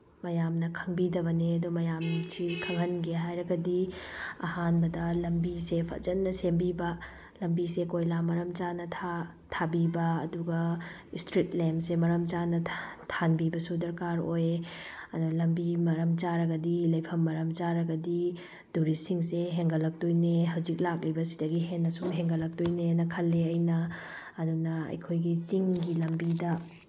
ꯃꯌꯥꯝꯅ ꯈꯪꯕꯤꯗꯕꯅꯦ ꯑꯗꯨ ꯃꯌꯥꯝ ꯁꯤ ꯈꯪꯍꯟꯒꯦ ꯍꯥꯏꯔꯒꯗꯤ ꯑꯍꯥꯟꯕꯗ ꯂꯝꯕꯤꯁꯦ ꯐꯖꯅ ꯁꯦꯝꯕꯤꯕ ꯂꯝꯕꯤꯁꯦ ꯀꯣꯏꯂꯥ ꯃꯔꯝ ꯆꯥꯅ ꯊꯥꯕꯤꯕ ꯑꯗꯨꯒ ꯏꯁꯇꯔꯤꯠ ꯂꯦꯝꯁꯦ ꯃꯔꯝ ꯆꯥꯅ ꯊꯥꯟꯕꯤꯕꯁꯨ ꯗꯔꯀꯥꯔ ꯑꯣꯏ ꯑꯗꯣ ꯂꯝꯕꯤ ꯃꯔꯝ ꯆꯥꯔꯒꯗꯤ ꯂꯩꯐꯝ ꯃꯔꯝ ꯆꯥꯔꯒꯗꯤ ꯇꯨꯔꯤꯁ ꯁꯤꯡꯁꯦ ꯍꯦꯟꯒꯠꯂꯛꯇꯣꯏꯅꯦ ꯍꯧꯖꯤꯛ ꯂꯥꯛꯂꯤꯕ ꯁꯤꯗꯒꯤ ꯍꯦꯟꯅ ꯁꯨꯝ ꯍꯦꯟꯒꯠꯂꯛꯇꯣꯏꯅꯦꯅ ꯈꯜꯂꯦ ꯑꯩꯅ ꯑꯗꯨꯅ ꯑꯩꯈꯣꯏꯒꯤ ꯆꯤꯡꯒꯤ ꯂꯝꯕꯤꯗ